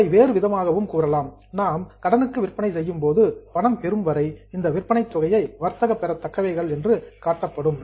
இதை வேறுவிதமாகவும் கூறலாம் நாம் கிரெடிட் சேல்ஸ் கடனுக்கு விற்பனை செய்யும் போது பணம் பெரும் வரை இந்த விற்பனை தொகையை வர்த்தக பெறத்தக்கவைகள் என்று காட்டப்படும்